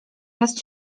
was